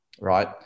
right